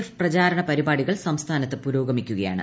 F പ്രചാരണ പരിപാടികൾ സംസ്ഥാനത്ത് പുരോഗമിക്കുകയാണ്